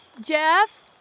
Jeff